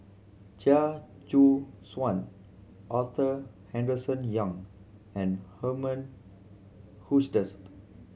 Chia Choo Suan Arthur Henderson Young and Herman Hochstadt